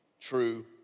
true